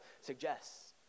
suggests